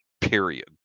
period